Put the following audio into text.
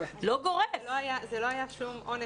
זה לא היה שום אונס.